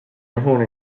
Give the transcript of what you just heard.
everyone